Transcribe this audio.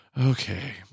okay